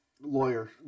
lawyer